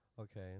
okay